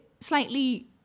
slightly